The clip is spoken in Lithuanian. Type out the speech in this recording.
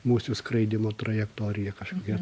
musių skraidymo trajektorija kažkokia